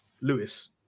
Lewis